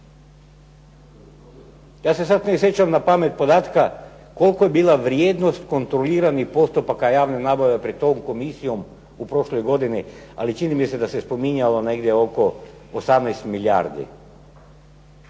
Ja se sada ne sjećam napamet podatka, koliko je bila vrijednost kontroliranja postupaka javne nabave pred tom komisijom u prošloj godini, ali čini mi se da se spominjalo negdje oko 18 milijardi.